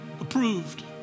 approved